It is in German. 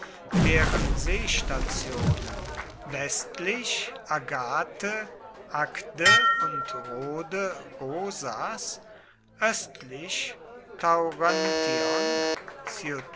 deren seestationen westlich agathe agde und rhode rosas östlich